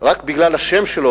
רק בגלל השם שלו,